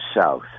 south